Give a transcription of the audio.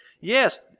yes